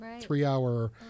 three-hour